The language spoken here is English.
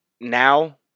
now